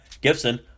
Gibson